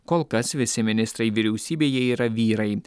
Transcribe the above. kol kas visi ministrai vyriausybėje yra vyrai